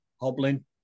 hobbling